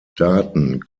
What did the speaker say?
daten